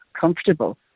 comfortable